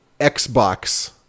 Xbox